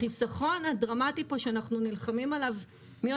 החיסכון הדרמטי שאנחנו נלחמים עליו מי